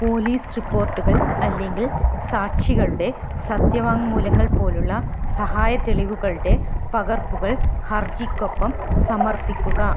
police റിപ്പോർട്ടുകൾ അല്ലെങ്കിൽ സാക്ഷികളുടെ സത്യവാങ്മൂലങ്ങൾ പോലുള്ള സഹായ തെളിവുകളുടെ പകർപ്പുകൾ ഹർജിക്കൊപ്പം സമർപ്പിക്കുക